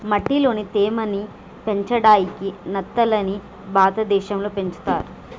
మట్టిలోని తేమ ని పెంచడాయికి నత్తలని భారతదేశం లో పెంచుతర్